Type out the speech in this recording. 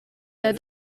der